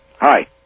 hi